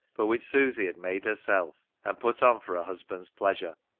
but which susy had made herself and put on for her husband's pleasure,